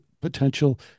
potential